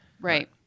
Right